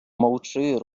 мовчи